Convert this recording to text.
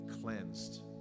cleansed